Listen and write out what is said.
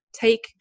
take